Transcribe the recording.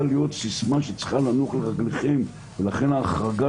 להיות סיסמה שצריכה לנוח לרגליכם ולכן ההחרגה